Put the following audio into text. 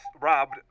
robbed